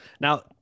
now